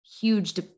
huge